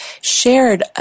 shared